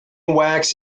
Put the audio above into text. wax